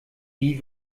wie